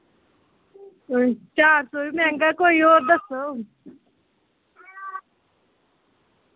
कोई चार सौ बी मैहंगा कोई होर दस्सो